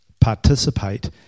participate